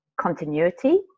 continuity